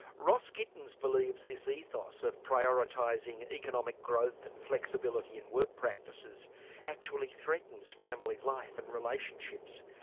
ross gittins believes this ethos of prioritising economic growth and flexibility and work practices actually threatens family life and relationships.